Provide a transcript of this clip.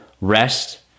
rest